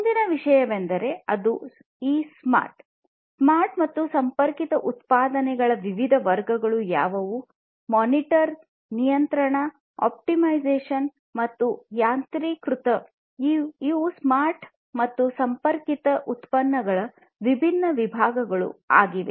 ಮುಂದಿನ ವಿಷಯವೆಂದರೆ ಸ್ಮಾರ್ಟ್ ಮತ್ತು ಸಂಪರ್ಕಿತ ಉತ್ಪನ್ನಗಳ ವಿವಿಧ ವರ್ಗಗಳು ಮಾನಿಟರ್ ನಿಯಂತ್ರಣ ಆಪ್ಟಿಮೈಸೇಶನ್ ಮತ್ತು ಯಾಂತ್ರೀಕೃತ ಆಗಿವೆ ಇವು ಸ್ಮಾರ್ಟ್ ಮತ್ತು ಸಂಪರ್ಕಿತ ಉತ್ಪನ್ನಗಳ ವಿಭಿನ್ನ ವಿಭಾಗಗಳು ಆಗಿವೆ